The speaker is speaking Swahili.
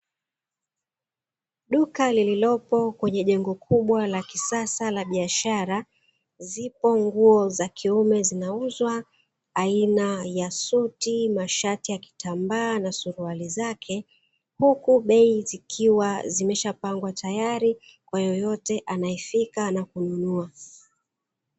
Duka lililopo kwenye jengo kubwa la kisasa la biashara, zipo nguo za kiume zinauzwa aina ya suti, mashati ya kitambaa na suruali zake, huku bei zikiwa zimeshapangwa tayari kwa yoyote anayefika na kununua.